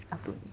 up to 你